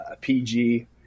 pg